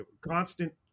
constant